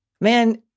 man